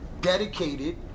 dedicated